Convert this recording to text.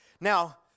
Now